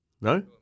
No